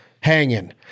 hanging